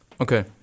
okay